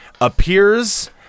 appears